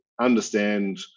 understand